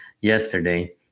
yesterday